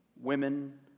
women